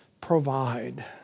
provide